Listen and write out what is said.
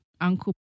Uncle